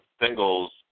singles